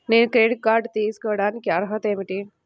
నేను credit card తీయడానికి అర్హత ఏమిటి?